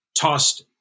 tossed